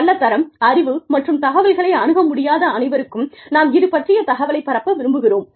நல்ல தரம் அறிவு மற்றும் தகவல்களை அணுக முடியாத அனைவருக்கும் நாம் இதுப் பற்றிய தகவலைப் பரப்ப விரும்புகிறோம்